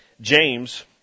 James